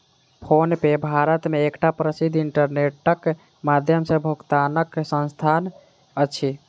PhonePe Bharat मे एकटा प्रसिद्ध इंटरनेटक माध्यम सॅ भुगतानक संस्थान अछि